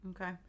Okay